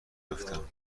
بیفتیم